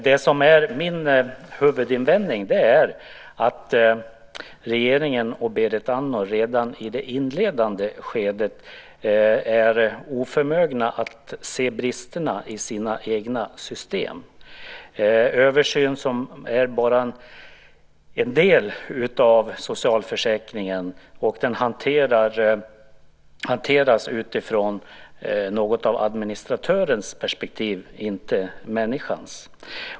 Det som är min huvudinvändning är att regeringen och Berit Andnor redan i det inledande skedet är oförmögna att se bristerna i sina egna system. Översynen görs bara av en del av socialförsäkringen, och den hanteras utifrån något av administratörens perspektiv, inte människans.